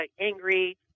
angry